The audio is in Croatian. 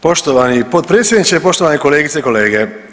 Poštovani potpredsjedniče, poštovani kolegice i kolege.